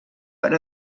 per